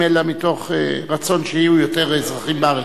אלא מתוך רצון שיהיו יותר אזרחים בארץ.